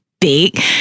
big